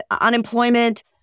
unemployment